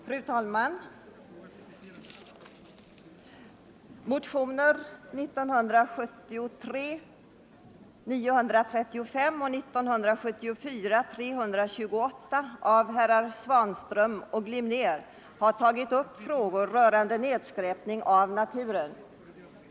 Fru talman! I motionerna 935 år 1973 och 328 i år har herrar Svanström och Glimnér tagit upp frågor rörande nedskräpning av naturen.